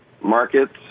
markets